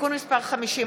(תיקון מס' 50,